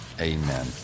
amen